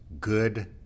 good